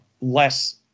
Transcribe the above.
less